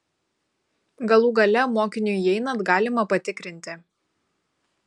galų gale mokiniui įeinant galima patikrinti